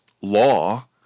law